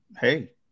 hey